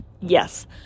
Yes